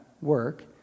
work